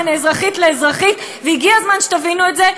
בין אזרחית לאזרחית, והגיע הזמן שתבינו את זה.